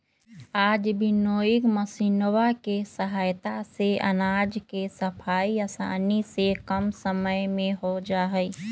आज विन्नोइंग मशीनवा के सहायता से अनाज के सफाई आसानी से कम समय में हो जाहई